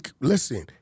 Listen